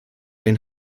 den